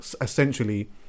essentially